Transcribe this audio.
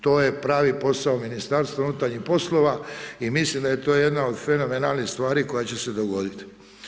To je pravi posao Ministarstva unutarnjih poslova i mislim da je to jedna od fenomenalnih stvari koja će se dogodit.